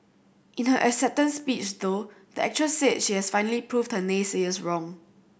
in her acceptance speech though the actress said she has finally proved her naysayers wrong